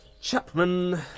Chapman